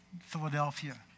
Philadelphia